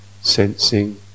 sensing